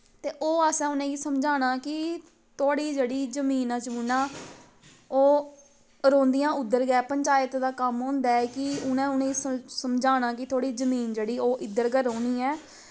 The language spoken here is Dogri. ओह् असैं उ'नें गी समझाना कि तुआढ़ी जेह्ड़ी जमीने जमुना ओह् रौह्ंदियां उद्धर गै पंचैत दा कम्म होंदा ऐ कि उ'नैं उ'नें गी समझाना कि तुआढ़ी जमीन जेह्ड़ी इद्धर गै रौह्नी ऐ